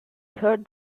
third